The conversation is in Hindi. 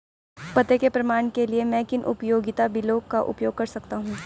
पते के प्रमाण के लिए मैं किन उपयोगिता बिलों का उपयोग कर सकता हूँ?